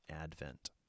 Advent